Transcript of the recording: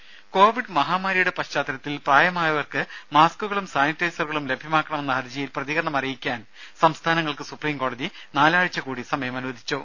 രുര കോവിഡ് മഹാമാരിയുടെ പശ്ചാത്തലത്തിൽ പ്രായമായവർക്ക് മാസ്കുകളും സാനിറ്റൈസറുകളും ലഭ്യമാക്കണമെന്ന ഹർജിയിൽ പ്രതികരണം അറിയിക്കാൻ സംസ്ഥാനങ്ങൾക്ക് സുപ്രീംകോടതി നാലാഴ്ച കൂടി സമയം അനുവദിച്ചു